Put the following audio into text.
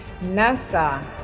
NASA